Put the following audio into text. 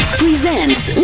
presents